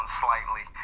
slightly